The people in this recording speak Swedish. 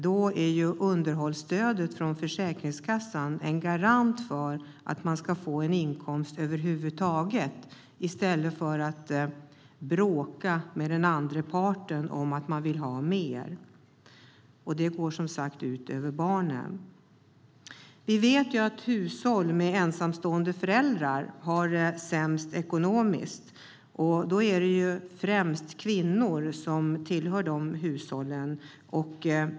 Då är underhållsstödet från Försäkringskassan en garant för att man ska få en inkomst över huvud taget i stället för att bråka med den andra parten om att man vill ha mer, vilket som sagt går ut över barnen. Vi vet att hushåll med ensamstående föräldrar har det sämst ekonomiskt, och det är främst kvinnor som utgör de hushållen.